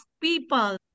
people